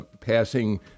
passing